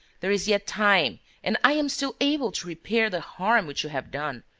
there is yet time and i am still able to repair the harm which you have done.